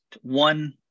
one